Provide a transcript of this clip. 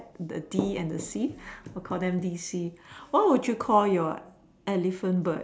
the D and the C I'll call them DC what would you call your elephant bird